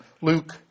Luke